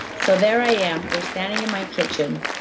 so there i am, we're standing in my kitchen,